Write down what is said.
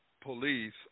police